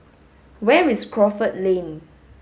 where is Crawford Lane